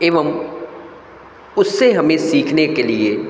एवं उससे हमें सीखने के लिए